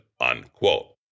unquote